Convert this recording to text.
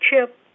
chip